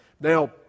Now